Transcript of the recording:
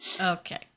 Okay